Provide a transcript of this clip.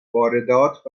واردات